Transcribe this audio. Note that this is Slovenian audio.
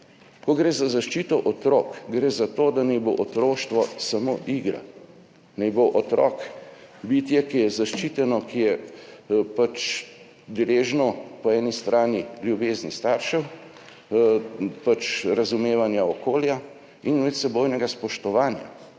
Ko gre za zaščito otrok, gre za to, da naj bo otroštvo samo igra, naj bo otrok bitje, ki je zaščiteno, ki je pač deležno po eni strani ljubezni staršev, razumevanja okolja in medsebojnega spoštovanja.